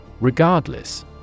Regardless